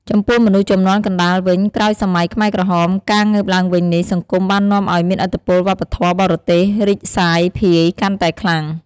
ចំពោះមនុស្សជំនាន់កណ្ដាលវិញ ក្រោយសម័យខ្មែរក្រហម ការងើបឡើងវិញនៃសង្គមបាននាំឲ្យមានឥទ្ធិពលវប្បធម៌បរទេសរីកសាយភាយកាន់តែខ្លាំង។